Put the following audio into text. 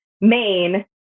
Maine